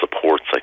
supports